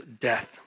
death